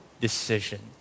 decision